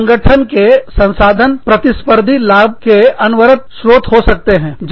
संगठन की संसाधन है प्रतिस्पर्धी लाभ के अनवरत दीर्घकालीन स्रोत हो सकते हैं